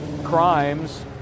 crimes